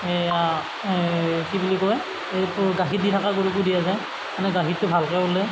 সেইয়া কি বুলি কয় এইটো গাখীৰ দি থকা গৰুকো দিয়া যায় মানে গাখীৰটো ভালকৈ ওলায়